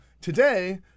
Today